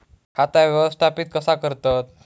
खाता व्यवस्थापित कसा करतत?